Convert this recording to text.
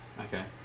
Okay